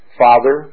father